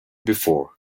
before